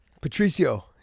Patricio